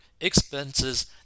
expenses